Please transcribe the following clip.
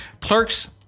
clerks